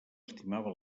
estimava